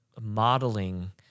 modeling